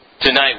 Tonight